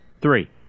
Three